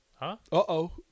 uh-oh